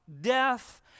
death